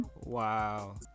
Wow